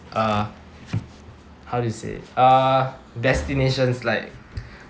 uh how to say uh destinations like